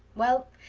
well,